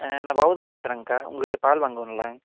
நான் பௌதம் பேசுறேங்க்கா உங்கள்கிட்ட பால் வாங்குவேன்ல்ல